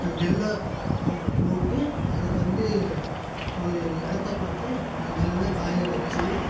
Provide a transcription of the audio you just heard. அந்த நெல்லை போட்டு அதுக்கு வந்து ஒரு இடத்த பார்த்து அந்த நெல்லை காய வச்சு